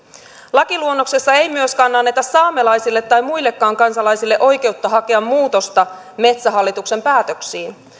lakiluonnoksessa ei myöskään anneta saamelaisille tai muillekaan kansalaisille oikeutta hakea muutosta metsähallituksen päätöksiin